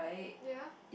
ya